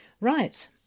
Right